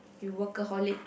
you workaholic